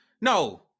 No